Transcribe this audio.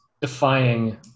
defying